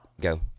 go